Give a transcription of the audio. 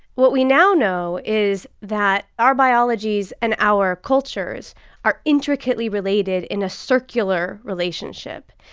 what we now know is that our biologies and our cultures are intricately related in a circular relationship.